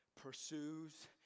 pursues